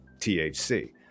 THC